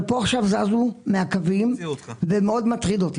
אבל עכשיו זזו פה מהקווים, וזה מאוד מטריד.